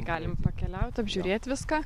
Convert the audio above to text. galim pakeliaut apžiūrėt viską